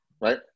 right